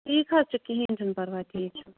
ٹھیٖک حظ چھُ کِہیٖنۍ چھُنہٕ پَرواے ٹھیٖک چھُ